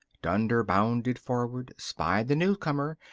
dunder bounded forward, spied the newcomer,